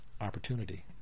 opportunity